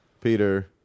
Peter